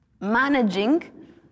Managing